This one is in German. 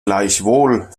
gleichwohl